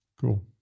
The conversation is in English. Cool